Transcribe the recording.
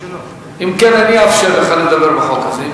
אם כן, אני אאפשר לך לדבר בחוק הזה.